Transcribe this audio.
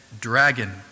dragon